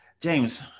James